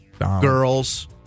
girls